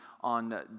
on